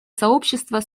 сообщества